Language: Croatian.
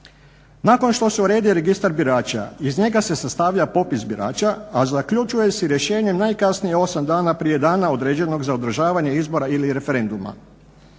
Nakon što se uredi registar birača iz njega se sastavlja popis birača, a zaključuje se rješenjem najkasnije 8 dana prije dana određenog za održavanje izbora ili referenduma.